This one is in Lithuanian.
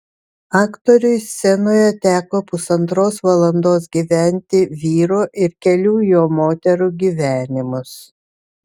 aktoriui scenoje teko pusantros valandos gyventi vyro ir kelių jo moterų gyvenimus